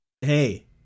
Hey